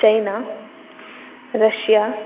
China Russia